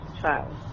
child